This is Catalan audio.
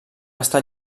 estat